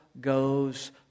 goes